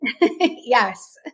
Yes